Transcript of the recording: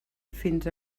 fins